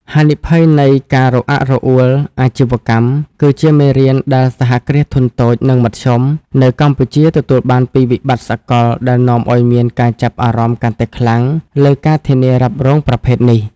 ហានិភ័យនៃ "ការរអាក់រអួលអាជីវកម្ម" គឺជាមេរៀនដែលសហគ្រាសធុនតូច និងមធ្យមនៅ កម្ពុជាទទួលបានពីវិបត្តិសកល ដែលនាំឱ្យមានការចាប់អារម្មណ៍កាន់តែខ្លាំងលើ ការធានារ៉ាប់រង ប្រភេទនេះ។